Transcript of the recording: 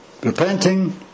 repenting